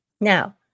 Now